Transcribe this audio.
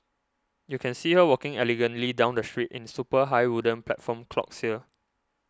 you can see her walking elegantly down the street in super high wooden platform clogs here